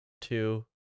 two